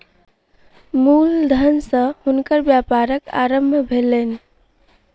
मूल धन सॅ हुनकर व्यापारक आरम्भ भेलैन